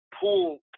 pool